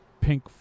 pink